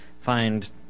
find